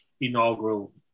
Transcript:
inaugural